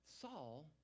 Saul